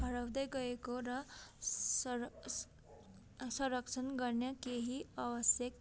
हराउँदै गएको र सर स संरक्षण गर्न केही आवश्यक